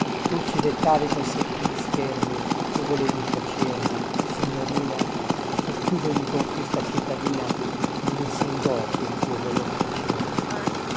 tu civettavi con sottili schermi tu volevi piacermi signorina e più dogni conquista cittadina mi lusingò quel tuo voler piacermi